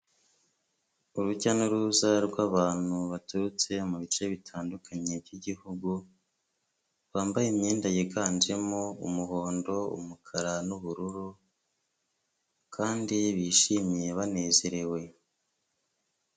Urujya n'uruza rw'abantu baturutse mu bice bitandukanye by'igihugu, bambaye imyenda yiganjemo umuhondo, umukara, n'ubururu, kandi bishimye banezerewe.